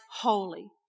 holy